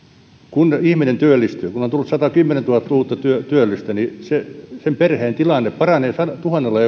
kun ihminen työllistyy kun on tullut satakymmentätuhatta uutta työllistä niin sen perheen tilanne paranee tuhannella